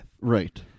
Right